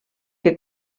que